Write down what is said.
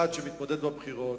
אחד שמתמודד בבחירות,